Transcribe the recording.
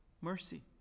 mercy